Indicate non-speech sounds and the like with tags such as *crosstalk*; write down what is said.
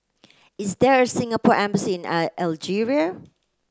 is there a Singapore embassy in *unintelligible* Algeria